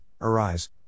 Arise